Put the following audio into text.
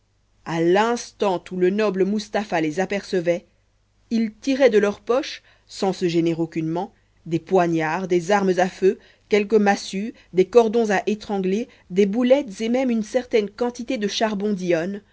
à l'instant où le noble mustapha les apercevait ils tiraient de leurs poches sans se gêner aucunement des poignards des armes à feu quelques massues des cordons à étrangler des boulettes et même une certaine quantité de charbon d'yonne